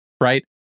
right